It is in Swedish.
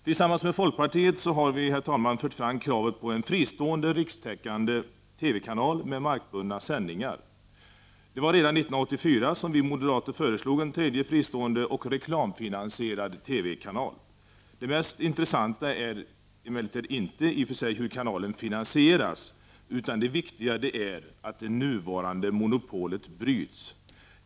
Tillsammans med folkpartiet har vi moderater, herr talman, fört fram kravet på en fristående rikstäckande TV-kanal med markbundna sändningar. Redan 1984 föreslog vi moderater en tredje fristående och reklamfinansierad TV-kanal. Det mest intressanta är emellertid i och för sig inte hur en ny kanal finansieras, utan det viktiga är att det nuvarande TV-monopolet bryts.